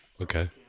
Okay